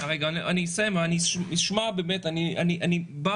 אמרו